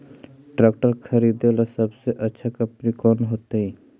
Tractor खरीदेला सबसे अच्छा कंपनी कौन होतई?